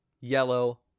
yellow